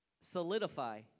solidify